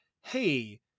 hey